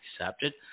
accepted